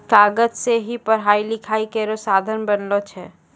कागज सें ही पढ़ाई लिखाई केरो साधन बनलो छै